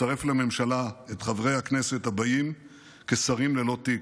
לצרף לממשלה את חברי הכנסת הבאים כשרים ללא תיק: